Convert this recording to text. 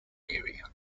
area